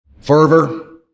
fervor